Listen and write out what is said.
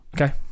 Okay